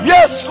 Yes